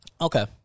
Okay